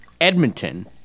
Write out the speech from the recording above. Edmonton